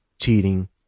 cheating